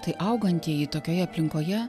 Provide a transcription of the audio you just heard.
tai augantieji tokioje aplinkoje